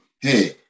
hey